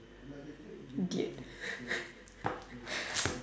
idiot